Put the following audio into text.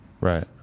Right